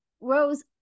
Rose